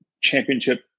championship